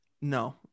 no